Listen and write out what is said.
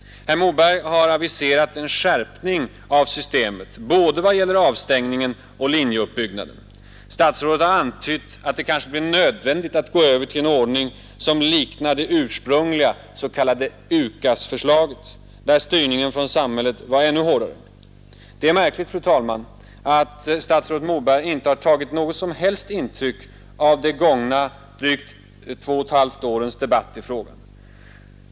Herr Moberg har aviserat en skärpning av systemet i vad gäller både avstängningen och linjeuppbyggnaden. Statsrådet har antytt att det kanske blir nödvändigt att gå över till en ordning som liknar det ursprungliga s.k. UKAS-förslaget, där styrningen från samhället var ännu hårdare. Det är märkligt, fru talman, att statsrådet Moberg inte har tagit något som helst intryck av de gångna drygt 2,5 årens debatt i frågan.